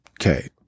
Okay